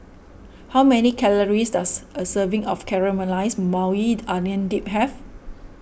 how many calories does a serving of Caramelized Maui Onion Dip have